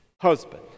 husband